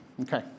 Okay